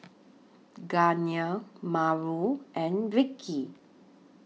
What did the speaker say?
Gardner Mauro and Vickie